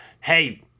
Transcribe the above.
hey